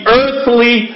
earthly